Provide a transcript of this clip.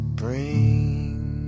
bring